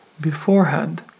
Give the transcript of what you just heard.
beforehand